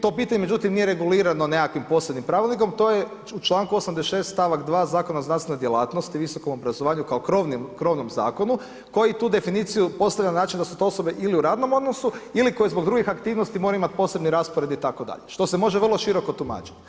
To pitanje, međutim nije regulirano nekakvim posebnim pravilnikom to je u članku 86. stavak 2. Zakona o znanstvenoj djelatnosti, visokom obrazovanju kao krovnom zakonu koju tu definiciju postavlja na način da su to osobe ili u radnom odnosu ili koje zbog drugih aktivnosti moraju imati posebni raspored itd. što se može vrlo široku tumačiti.